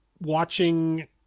watching